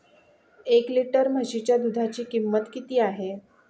एक लिटर म्हशीच्या दुधाची किंमत किती आहे?